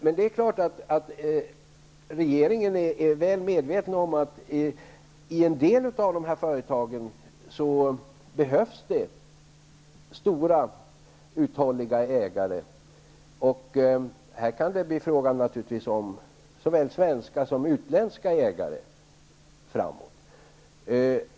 Men det är klart att regeringen är väl medveten om att i en del av företagen behövs stora uthålliga ägare. Här kan det naturligtvis framöver bli fråga om såväl svenska som utländska ägare.